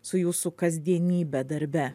su jūsų kasdienybe darbe